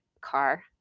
car